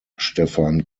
stefan